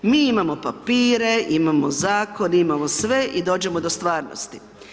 Mi imamo papire, imamo zakon, imamo sve i dođemo do stvarnosti.